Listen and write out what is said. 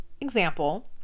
example